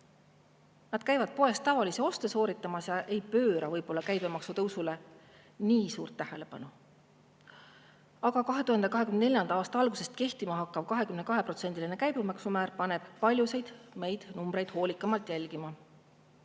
käib poes tavalisi oste sooritamas ega pööra käibemaksu tõusule nii suurt tähelepanu. Aga 2024. aasta algusest kehtima hakkav 22%‑line käibemaksumäär paneb paljusid neid numbreid hoolikamalt jälgima. Piima